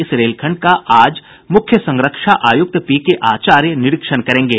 इस रेलखंड का आज मुख्य संरक्षा आयुक्त पीके आचार्य निरीक्षण करेंगे